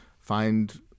find